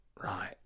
right